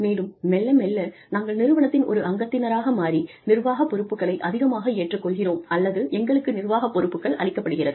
மேலும் மெல்ல மெல்ல நாங்கள் நிறுவனத்தின் ஒரு அங்கத்தினராக மாறி நிர்வாக பொறுப்புகளை அதிகமாக ஏற்றுக் கொள்கிறோம் அல்லது எங்களுக்கு நிர்வாகப் பொறுப்புகள் அளிக்கப்படுகிறது